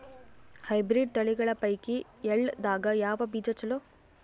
Hybrid ತಳಿಗಳ ಪೈಕಿ ಎಳ್ಳ ದಾಗ ಯಾವ ಬೀಜ ಚಲೋ?